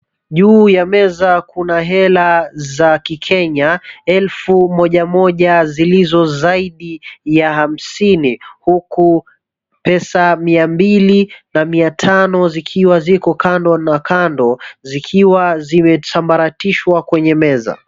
Juu ya meza kuna hela za kikenya, elfu moja moja zilizozaidi ya hamsini huku pesa mia mbili na mia tano zikiwa ziko kando na kando zikiwa zimesambaratishwa kwenye meza.